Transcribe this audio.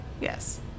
Yes